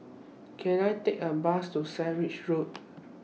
Can I Take A Bus to Sandwich Road